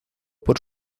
por